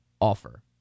offer